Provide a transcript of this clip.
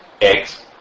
eggs